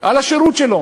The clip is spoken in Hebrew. על השירות שלו,